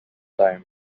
time